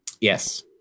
Yes